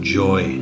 joy